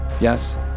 Yes